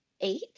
Eight